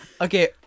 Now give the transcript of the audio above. Okay